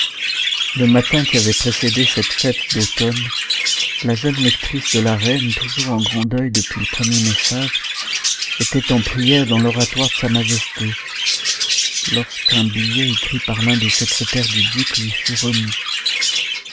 le matin qui avait précédé cette fête d'automne la jeune lectrice de la reine toujours en grand deuil depuis le premier message était en prières dans l'oratoire de sa majesté lorsqu'un billet écrit par l'un des secrétaires du duc lui fut remis